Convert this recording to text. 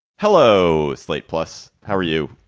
hello, slate, plus, how are you?